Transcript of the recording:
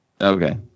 Okay